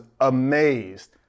amazed